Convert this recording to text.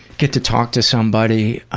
get to talk to somebody